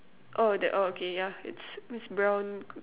oh that oh okay yeah it's it's brown